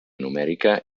numèrica